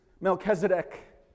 Melchizedek